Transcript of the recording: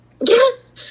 Yes